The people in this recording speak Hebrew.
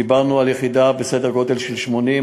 דיברנו על יחידה בסדר גודל של 80 איש,